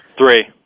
Three